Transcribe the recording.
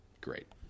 great